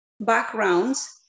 backgrounds